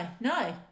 no